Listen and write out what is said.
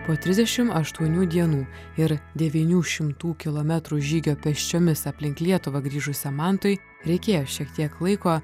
po trisdešim aštuonių dienų ir devynių šimtų kilometrų žygio pėsčiomis aplink lietuvą grįžusiam mantui reikėjo šiek tiek laiko